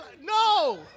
no